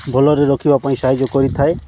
ଭଲରେ ରଖିବା ପାଇଁ ସାହାଯ୍ୟ କରିଥାଏ